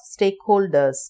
stakeholders